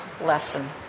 lesson